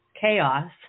chaos